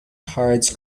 cards